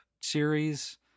series